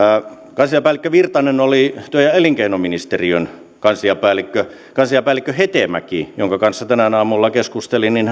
kansliapäällikkö virtanen oli työ ja elinkeinoministeriön kansliapäällikkö kansliapäällikkö hetemäki jonka kanssa tänään aamulla keskustelin